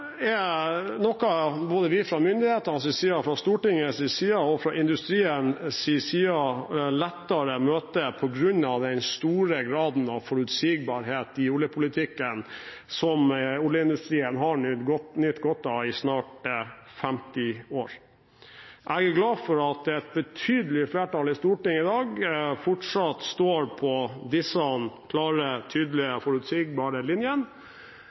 er noe både vi fra myndighetenes side, Stortingets side og industriens side lettere møter på grunn av den store graden av forutsigbarhet i oljepolitikken som oljeindustrien har nytt godt av i snart 50 år. Jeg er glad for at et betydelig flertall i Stortinget i dag fortsatt står på disse klare, tydelige, forutsigbare linjene.